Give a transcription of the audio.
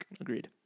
Agreed